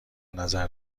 نظر